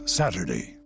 saturday